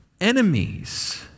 enemies